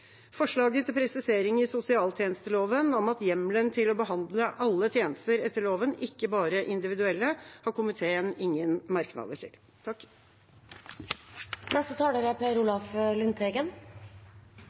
presisering i sosialtjenesteloven om hjemmelen til å behandle alle tjenester etter loven, ikke bare individuelle, har komiteen ingen merknader til. Jeg vil bare kort understreke det som saksordføreren sa, at forslaget er